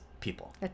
people